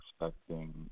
expecting